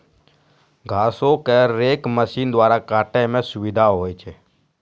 घासो क rake machine द्वारा काटै म सुविधा होय छै